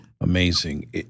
amazing